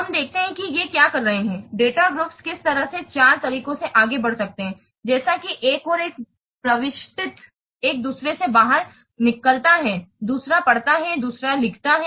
हमें देखते हैं ये क्या कर सकते हैं डेटा ग्रुप्स किस तरह से चार तरीकों से आगे बढ़ सकते हैं जैसे कि एक और एक प्रविष्टि एक दूसरे से बाहर निकलता है दूसरा पढ़ता है दूसरा लिखता है